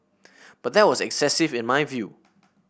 but that was excessive in my view